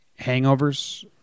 hangovers